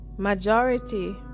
majority